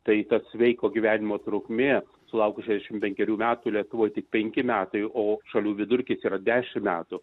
tai tad sveiko gyvenimo trukmė sulaukus šešiasdešimt penkerių metų lietuvoje tik penki metai o šalių vidurkis yra dešim metų